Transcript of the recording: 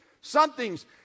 something's